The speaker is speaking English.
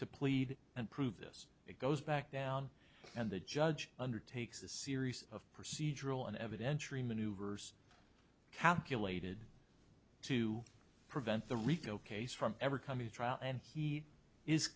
to plead and prove this it goes back down and the judge undertakes a series of procedural and evidentiary maneuvers calculated to prevent the rico case from ever coming to trial and he is